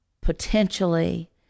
potentially